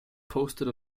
posted